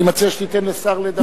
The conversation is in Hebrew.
אני מציע שתיתן לשר לדבר.